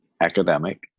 academic